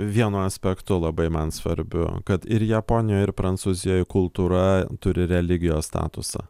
vienu aspektu labai man svarbiu kad ir japonijoj ir prancūzijoj kultūra turi religijos statusą